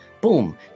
Boom